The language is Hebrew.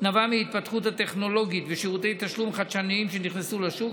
נבע מההתפתחות הטכנולוגית ומשירותי תשלום חדשניים שנכנסו לשוק,